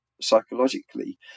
psychologically